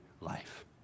life